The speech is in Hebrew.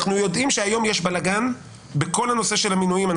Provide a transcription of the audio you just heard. אנחנו יודעים שהיום יש בלגאן בכל הנושא של המינויים.